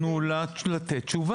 בואו, אי אפשר, תנו לה לתת תשובה.